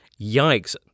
Yikes